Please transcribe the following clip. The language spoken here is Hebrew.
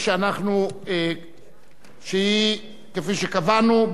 כפי שקבענו,